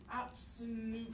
absolute